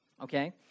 okay